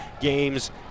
games